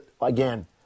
again